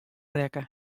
rekke